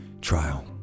trial